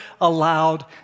allowed